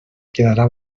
quedarà